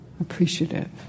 appreciative